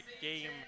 game